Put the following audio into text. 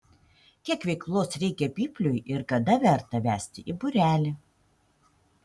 kiek veiklos reikia pypliui ir kada verta vesti į būrelį